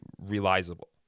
realizable